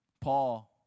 Paul